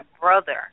brother